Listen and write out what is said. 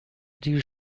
دیر